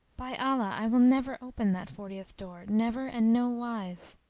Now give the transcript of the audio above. by allah i will never open that fortieth door, never and no wise!